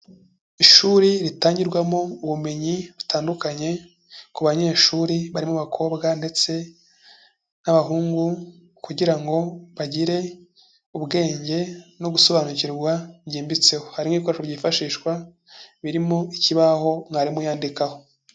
Ishuri ritangirwamo ubumenyi butandukanye ku banyeshuri, barimo abakobwa ndetse n'abahungu kugira ngo bagire ubwenge no gusobanukirwa byimbitseho, hari nk'ibikoresho byifashishwa birimo ikibaho mwarimu yandikaho.